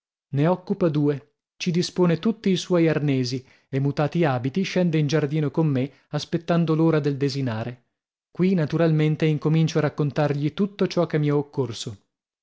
ne occupa due ci dispone tutti i suoi arnesi e mutati abiti scende in giardino con me aspettando l'ora del desinare qui naturalmente incomincio a raccontargli tutto ciò che mi è occorso